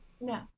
No